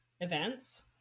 events